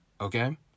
okay